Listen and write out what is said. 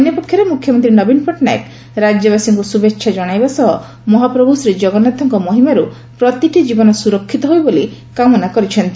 ଅନ୍ୟପକ୍ଷରେ ମୁଖ୍ୟମନ୍ତୀ ନବୀନ ପଟ୍ଟନାୟକ ରାଜ୍ୟବାସୀଙ୍କୁ ଶୁଭେଛା ଜଶାଇବା ସହ ମହାପ୍ରଭୁ ଶ୍ରୀଜଗନ୍ନାଥଙ୍କ ମହିମାରୁ ପ୍ରତିଟି ଜୀବନ ସୁରକ୍ଷିତ ହେଉ ବୋଲି କାମନା କରିଛନ୍ତି